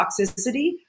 toxicity